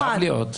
חייב להיות.